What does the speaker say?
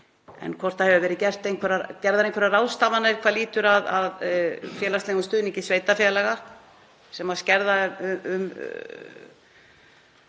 en hvort það hafa verið gerðar einhverjar ráðstafanir hvað varðar félagslegan stuðning sveitarfélaga, sem skerða